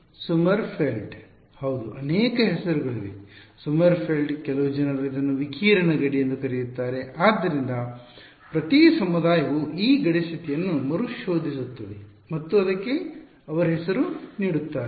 ವಿದ್ಯಾರ್ಥಿಸೊಮರ್ಫೆಲ್ಡ ಹೌದು ಅನೇಕ ಹೆಸರುಗಳಿವೆ ಸೊಮರ್ಫೆಲ್ಡ್ ಕೆಲವು ಜನರು ಇದನ್ನು ವಿಕಿರಣ ಗಡಿ ಎಂದು ಕರೆಯುತ್ತಾರೆ ಮತ್ತು ಆದ್ದರಿಂದ ಪ್ರತಿ ಸಮುದಾಯವು ಈ ಗಡಿ ಸ್ಥಿತಿಯನ್ನು ಮರುಶೋಧಿಸುತ್ತದೆ ಮತ್ತು ಅದಕ್ಕೆ ಅವರ ಹೆಸರನ್ನು ನೀಡುತ್ತಾರೆ